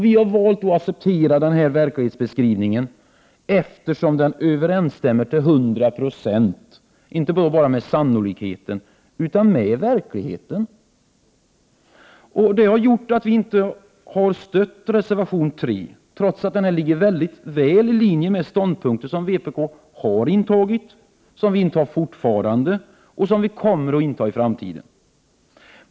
Vi har valt att acceptera den verklighetsbeskrivningen, eftersom den överensstämmer till hundra procent inte bara med sannolikheten utan också med verkligheten. Det har gjort att vi inte har stött reservation 3, trots att den ligger mycket väli linje med ståndpunkter som vi i vpk har intagit, som vi intar fortfarande och som vi kommer att inta i framtiden.